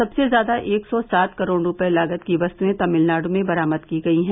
सबसे ज्यादा एक सौ सात करोड़ रुपये लागत की वस्तुएं तमिलनाडु में बरामद की गई हैं